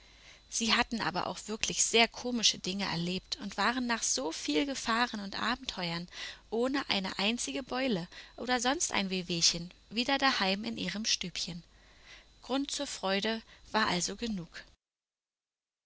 sie hatten aber auch wirklich sehr komische dinge erlebt und waren nach so viel gefahren und abenteuern ohne eine einzige beule oder sonst ein wehwehchen wieder daheim in ihrem stübchen grund zur freude war also genug